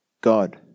God